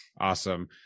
Awesome